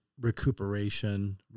recuperation